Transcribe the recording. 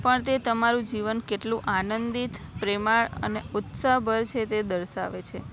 પણ તે તમારું જીવન કેટલું આનંદિત પ્રેમાળ અને ઉત્સાહભર છે તે દર્શાવે છે